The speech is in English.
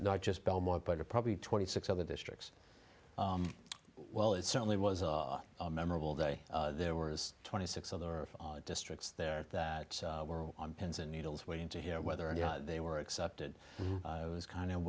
not just belmont but probably twenty six other districts well it certainly was a memorable day there were twenty six other districts there that were on pens and needles waiting to hear whether they were accepted it was kind of